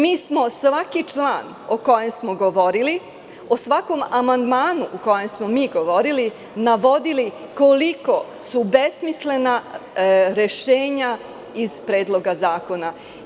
Mi smo svaki član o kojem smo govorili, o svakom amandmanu o kojem smo mi govorili, navodili koliko su besmislena rešenja iz Predloga zakona.